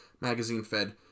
magazine-fed